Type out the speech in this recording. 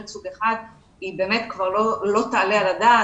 סוג 1 היא באמת כבר לא תעלה על הדעת.